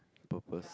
purpose